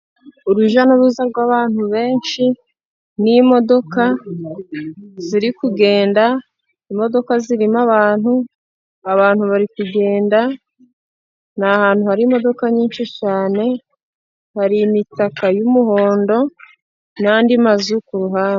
Urujya n'uruza rw'abantu benshi n'imodoka ziri kugenda, imodoka zirimo abantu, abantu bari kugenda, ni ahantu harihmo nyinshi cyane, hari imitaka y'umuhondo n'andi mazu kuruhande.